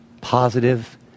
positive